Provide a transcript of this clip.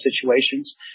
situations